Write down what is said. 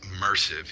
immersive